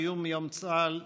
ציון יום צה"ל,